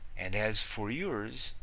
and as for yours,